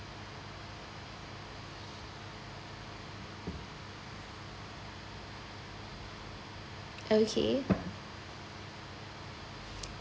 okay